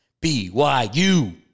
B-Y-U